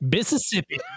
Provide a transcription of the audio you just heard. Mississippi